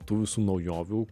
tų visų naujovių